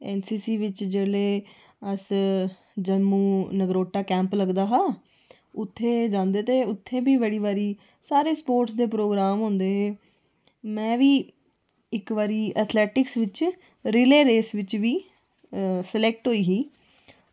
NCC बिच जेल्लै अस जम्मू नगरोटा कैंप लगदा हा ते उत्थै जंदे ते उत्थै बी बड़ी बारी सारे स्पोटर्स दे प्रोग्राम होंदे हे में बी इक बारी एथलैटिक्स बिच रिले रेस बिच बी सलैक्ट होई ही